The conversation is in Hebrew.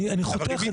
אני חותך את זה.